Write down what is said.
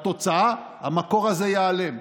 התוצאה: המקור הזה ייעלם.